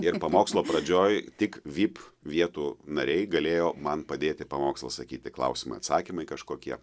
ir pamokslo pradžioj tik vip vietų nariai galėjo man padėti pamokslą sakyti klausimai atsakymai kažkokie